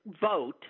vote